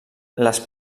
les